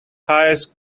highest